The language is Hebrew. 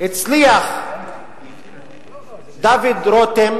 הצליח דוד רותם